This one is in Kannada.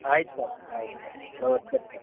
ಆಯ್ತು ಸರ್ ಆಯ್ತು ಸರ್ ನೋಡ್ತೀನಿ ಸರ್